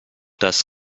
das